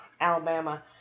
Alabama